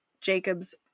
Jacobs